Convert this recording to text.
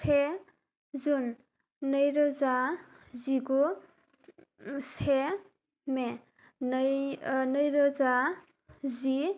से जुन नैरोजा जिगु से मे नै नैरोजा जि